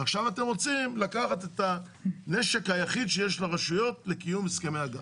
ועכשיו אתם רוצים לקחת את הנשק היחיד שיש לרשויות לקיום הסכמי הגג.